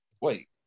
wait